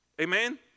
Amen